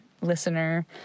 listener